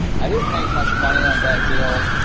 i didn't make much money on that deal,